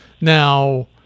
now